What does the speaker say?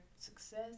success